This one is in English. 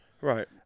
right